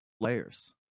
layers